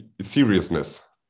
seriousness